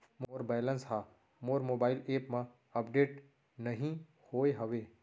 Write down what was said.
मोर balance हा मोर mobile app मा अपडेट नहीं होय हवे